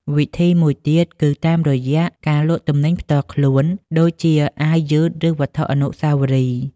វិធីមួយទៀតគឺតាមរយៈការលក់ទំនិញផ្ទាល់ខ្លួនដូចជាអាវយឺតឬវត្ថុអនុស្សាវរីយ៍។